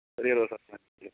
ചെറിയ റോസാപ്പൂ അഞ്ച് കിലോ